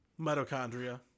Mitochondria